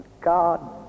God